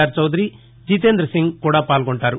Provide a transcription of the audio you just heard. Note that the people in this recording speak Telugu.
ఆర్ చౌదరి జితేంద్ర సింగ్ కూడా పాల్గొంటారు